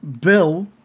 Bill